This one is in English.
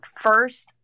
first